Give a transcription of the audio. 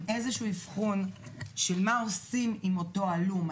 איזשהו אבחון של מה עושים עם אותו הלום.